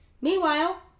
Meanwhile